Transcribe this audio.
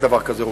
אין דבר כזה,